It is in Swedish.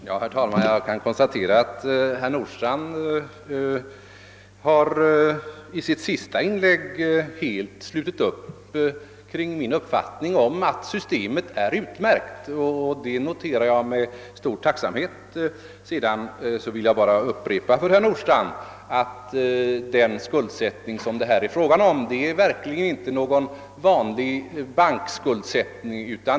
Herr talman! Jag konstaterar att herr Nordstrandh i detta senaste inlägg helt slöt upp kring min uppfattning att systemet är utmärkt. Det noterar jag med stor tacksamhet. Sedan vill jag bara upprepa för herr Nordstrandh att den skuldsättning det här gäller verkligen inte är någon vanlig bankskuldsättning.